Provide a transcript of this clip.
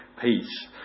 peace